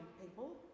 people